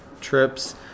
trips